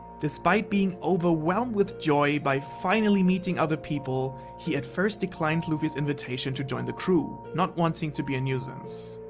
despite being overwhelmed with joy by finally meeting other people, he at first declines luffy's invitation to join the crew, not wanting to be a nuisance.